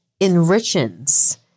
enriches